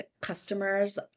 customers